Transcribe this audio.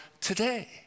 today